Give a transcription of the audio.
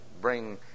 bring